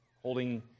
holding